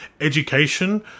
education